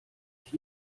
ich